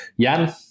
Jan